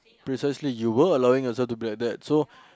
precisely you were allowing yourself to be like that so